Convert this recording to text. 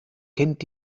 kennt